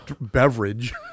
beverage